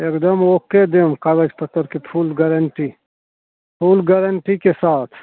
एकदम ओके देब कागज पत्तरके फूल गारंटी फूल गारण्टीके साथ